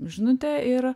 žinutė ir